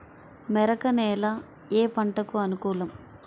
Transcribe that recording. మెరక నేల ఏ పంటకు అనుకూలం?